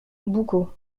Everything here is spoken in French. boucau